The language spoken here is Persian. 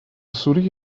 سوری